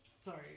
Sorry